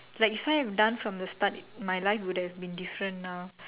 like if I had done from the start my life would have been different now